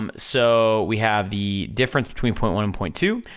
um so, we have the difference between point one and point two,